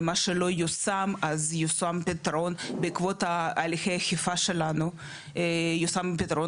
ומה שלא יושם אז יושם בעקבות הליכי אכיפה שלנו יושם פתרון